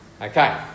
Okay